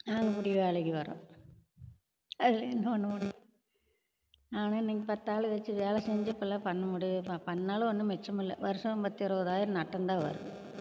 நாங்கள் முடி வேலைக்கு வரோம் அதில் என்ன பண்ண முடியும் நான் நீங் பத்து ஆளை வெச்சு வேலை செஞ்சு இப்பல்லாம் பண்ண முடியாதுப்பா பண்ணாலும் ஒன்றும் மிச்சம் இல்லை வருடம் பத்து இருபதாயிரம் நஷ்டம் தான் வரும்